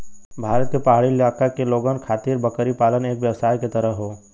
भारत के पहाड़ी इलाका के लोगन खातिर बकरी पालन एक व्यवसाय के तरह हौ